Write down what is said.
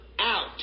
out